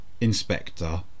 Inspector